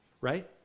right